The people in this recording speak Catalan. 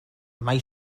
mai